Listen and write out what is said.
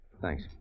Thanks